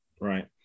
right